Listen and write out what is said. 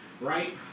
right